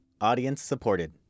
audience-supported